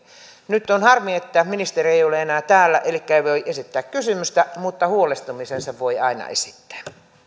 nyt on harmi että ministeri ei ei ole enää täällä elikkä ei voi esittää kysymystä mutta huolestumisensa voi aina esittää